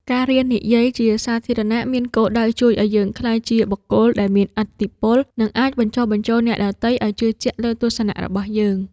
ការរៀននិយាយជាសាធារណៈមានគោលដៅជួយឱ្យយើងក្លាយជាបុគ្គលដែលមានឥទ្ធិពល និងអាចបញ្ចុះបញ្ចូលអ្នកដទៃឱ្យជឿជាក់លើទស្សនៈរបស់យើង។